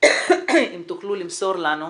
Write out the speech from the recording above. אם תוכלו למסור לנו,